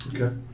okay